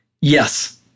yes